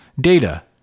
data